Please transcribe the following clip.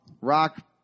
rock